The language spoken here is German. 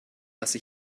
lasse